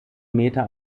meter